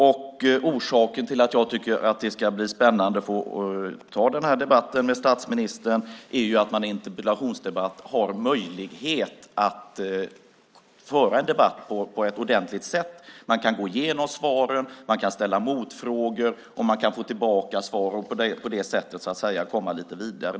Anledningen till att jag tycker att det ska bli spännande att ha den här debatten med statsministern är att man i en interpellationsdebatt har möjlighet att föra en riktig debatt. Man kan gå igenom svar och ställa motfrågor och få tillbaka svar och på det sättet komma vidare.